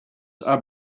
are